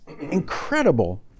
incredible